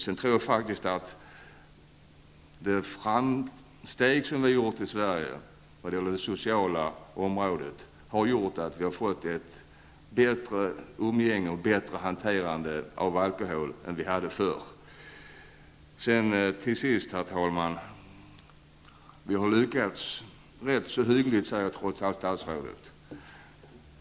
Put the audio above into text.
Jag tror faktiskt att de framsteg som har gjorts i Sverige på det sociala området har medfört att vi har fått ett bättre umgänge och ett bättre hanterande av alkohol än förr. Till sist, herr talman! Statsrådet säger att vi trots allt har lyckats rätt hyggligt.